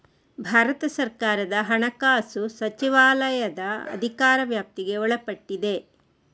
ಭಾರತ ಸರ್ಕಾರದ ಹಣಕಾಸು ಸಚಿವಾಲಯದ ಅಧಿಕಾರ ವ್ಯಾಪ್ತಿಗೆ ಒಳಪಟ್ಟಿದೆ